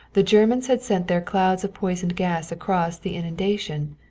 the germans had sent their clouds of poisoned gas across the inundation,